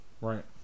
right